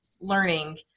learning